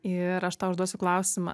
ir aš tau užduosiu klausimą